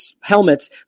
helmets